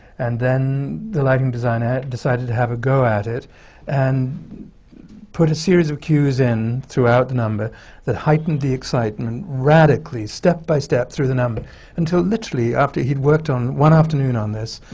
and then the lighting designer decided to have a go at it and put a series of cues in throughout the number that heightened the excitement radically step by step through the number until literally after he'd worked one afternoon on this,